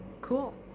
cool